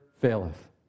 faileth